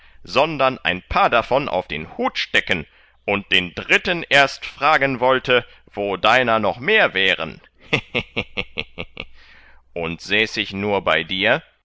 sondern ein paar davon auf den hut stecken und den dritten erst fragen wollte wo deiner noch mehr wären und säße ich nur bei dir